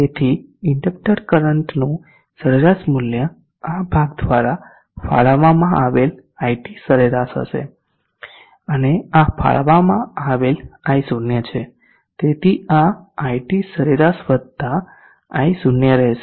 તેથી ઇન્ડકટર કરંટનું સરેરાશ મૂલ્ય આ ભાગ દ્વારા ફાળવવામાં આવેલ iT સરેરાશ હશે અને આ ફાળવવામાં આવેલ i0 છે તેથી આ iT સરેરાશ વત્તા i0 રહેશે